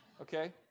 okay